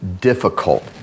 difficult